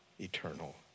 eternal